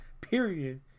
period